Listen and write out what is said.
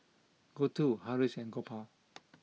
Gouthu Haresh and Gopal